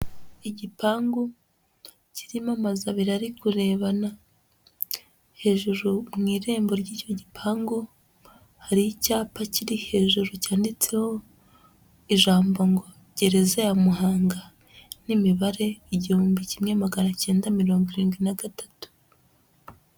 Igipangu kirimo amazu abiri ari kurebana, hejuru mu irembo ry'iki gipangu hari icyapa kiri hejuru cyanditseho ijambo ngo gereza ya Muhanga n'imibare igihumbi kimwe magana cyenda mirongo irindwi na gatatu.